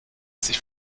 sich